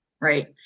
right